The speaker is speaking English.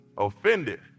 offended